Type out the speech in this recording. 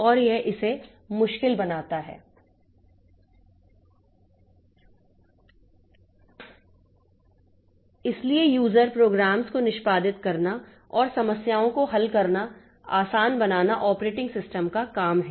और यह इसे मुश्किल बनाता है इसलिए यूजर प्रोग्राम्स को निष्पादित करना और समस्या को हल करना आसान बनाना ऑपरेटिंग सिस्टम का काम है